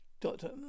Doctor